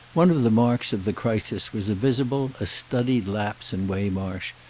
one of the marks of the crisis was a visible, a studied lapse, in waymarsh,